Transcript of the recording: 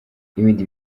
n’ibindi